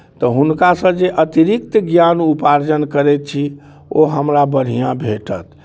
तऽ हुनकासँ जे अतिरिक्त ज्ञान उपार्जन करैत छी ओ हमरा बढ़िआँ भेटत